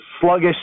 sluggish